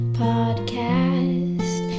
podcast